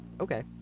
Okay